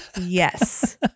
Yes